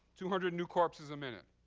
two hundred new corpses a minute,